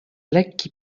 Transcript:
lekki